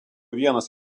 vienas